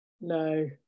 No